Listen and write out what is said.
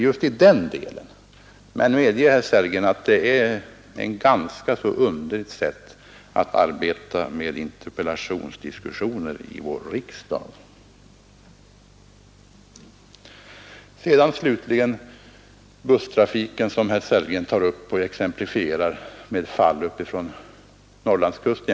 Det är emellertid, herr Sellgren, ganska underligt att göra det i form av interpellationsdiskussioner i vår riksdag. I fråga om busstrafiken anför herr Sellgren exempel från Norrlandskusten.